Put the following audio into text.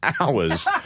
hours